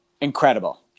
incredible